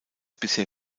bisher